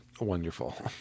wonderful